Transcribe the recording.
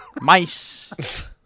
mice